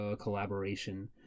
collaboration